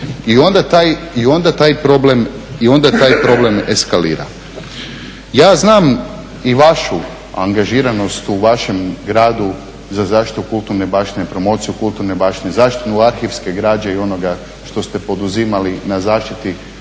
I onda taj problem eskalira. Ja znam i vašu angažiranost u vašem gradu za zaštitu kulturne baštine, promociju kulturne baštine, zaštitu arhivske građe i onoga što ste poduzimali na zaštiti